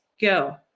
go